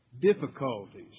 difficulties